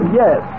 yes